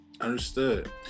understood